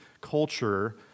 culture